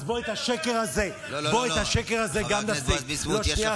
את השקר הזה גם נפסיק.